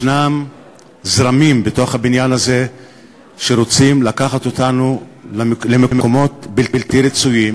יש זרמים בבניין הזה שרוצים לקחת אותנו למקומות בלתי רצויים